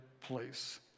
place